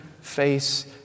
face